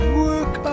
work